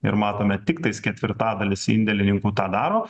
ir matome tiktais ketvirtadalis indėlininkų tą daro